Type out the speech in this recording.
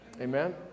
Amen